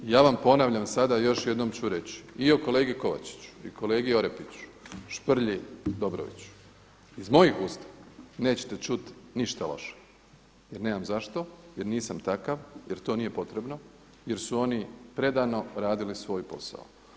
Ja vam ponavljam i još jednom ću reći i o kolegi Kovačiću i kolegi Orepiću, Šprlji, Dobroviću iz mojih usta nećete čuti ništa loše jer nemam zašto, jer nisam takav, jer to nije potrebno jer su oni predano radili svoj posao.